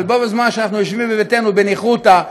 אבל בזמן שאנחנו יושבים בביתנו בניחותא,